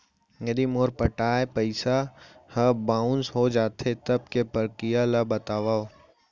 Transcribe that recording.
यदि मोर पटाय पइसा ह बाउंस हो जाथे, तब के प्रक्रिया ला बतावव